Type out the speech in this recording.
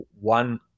one